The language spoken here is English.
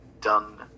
done